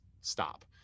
stop